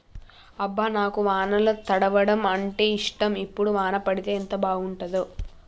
అబ్బ నాకు వానల తడవడం అంటేఇష్టం ఇప్పుడు వాన పడితే ఎంత బాగుంటాడో